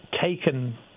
taken